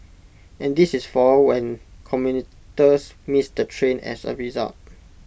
and this is for when commuters miss the train as A result